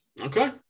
okay